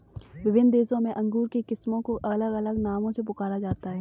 विभिन्न देशों में अंगूर की किस्मों को अलग अलग नामों से पुकारा जाता है